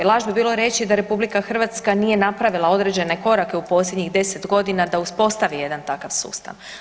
Laž bi bilo reći da RH nije napravila određene korake u posljednjih 10.g. da uspostavi jedan takav sustav.